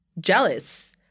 jealous